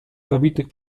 zabitych